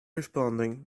responding